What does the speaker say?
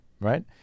Right